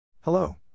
Hello